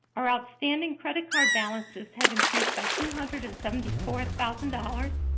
our outstanding credit card balances have increased by two hundred and seventy four thousand dollars.